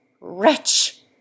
Wretch